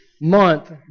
month